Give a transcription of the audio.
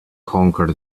conquer